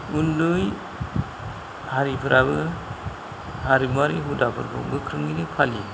उन्दै हारिफोराबो हारिमुवारि हुदाफोरखौ गोख्रोङैनो फालियो